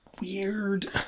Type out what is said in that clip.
weird